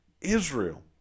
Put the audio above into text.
Israel